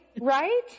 Right